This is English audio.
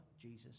Jesus